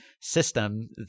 system